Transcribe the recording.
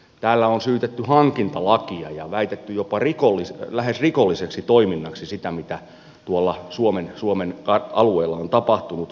täällä on syytetty hankintalakia ja väitetty jopa lähes rikolliseksi toiminnaksi sitä mitä suomen alueella on tapahtunut